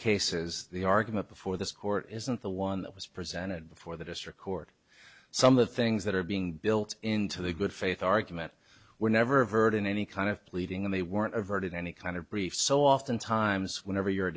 cases the argument before this court isn't the one that was presented before the district court some of the things that are being built into the good faith argument were never heard in any kind of pleading and they weren't diverted any kind of brief so oftentimes whenever you're a